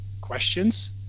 questions